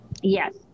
Yes